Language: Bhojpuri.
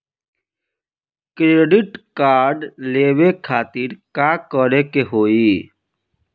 क्रेडिट कार्ड लेवे खातिर का करे के होई?